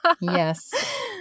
Yes